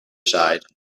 side